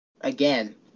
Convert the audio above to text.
again